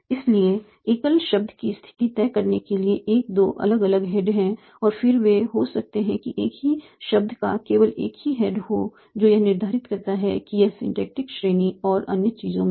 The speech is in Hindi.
इसलिए एकल शब्द की स्थिति तय करने के लिए 1 2 अलग अलग हेड हैं और फिर वे हो सकते हैं कि एक ही शब्द का केवल एक ही हेड हो जो यह निर्धारित करता है कि यह सिंटैक्टिक श्रेणी और अन्य चीजों में है